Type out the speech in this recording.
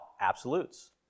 absolutes